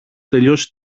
τελειώσει